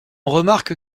remarque